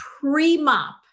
pre-mop